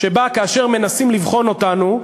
שבאה כאשר מנסים לבחון אותנו,